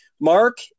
Mark